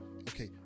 Okay